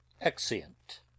Exeunt